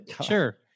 sure